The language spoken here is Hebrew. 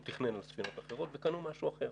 הוא תכנן על ספינות אחרות, וקנו משהו אחר.